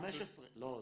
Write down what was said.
לא,